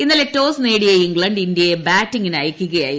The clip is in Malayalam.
ഇന്നലെ റ്റോസ് നേടിയ ഇംഗ്ലണ്ട് ഇന്ത്യയെ ബാറ്റിംഗിന് അയയ്ക്കുകയായിരുന്നു